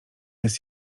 jest